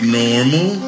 normal